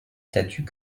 statuts